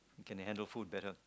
you can handle food better